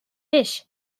fish